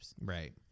Right